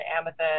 amethyst